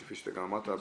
כפי שאתה גם אמרת,